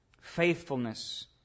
faithfulness